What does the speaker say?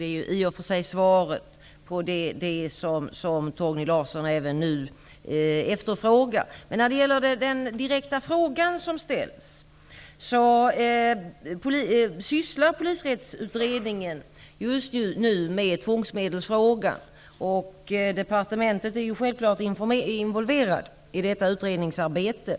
Det är i och för sig svaret på Torgny Larssons fråga. Som svar på den direkta frågan sysslar Polisrättsutredningen just nu med frågan om tvångsmedel. Departementet är självfallet involverat i detta utredningsarbete.